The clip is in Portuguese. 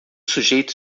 sujeito